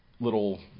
little